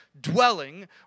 dwelling